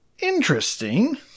interesting